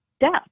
death